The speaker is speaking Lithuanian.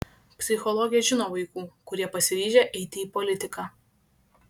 psichologė žino vaikų kurie pasiryžę eiti į politiką